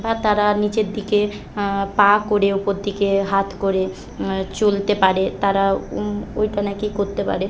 বা তারা নিচের দিকে পা করে উপর দিকে হাত করে চলতে পারে তারা ওইটা নাকি করতে পারে